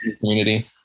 community